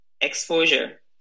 exposure